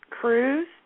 cruise